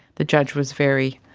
the judge was very